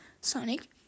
Sonic